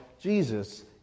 Jesus